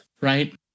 Right